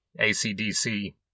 ACDC